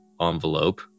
envelope